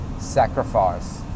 sacrifice